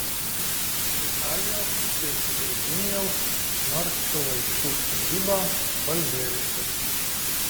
vitalijos ir virginijaus marčiulaičių sodyba balbieriškis